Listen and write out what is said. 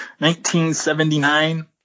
1979